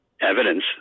evidence